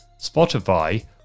Spotify